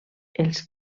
els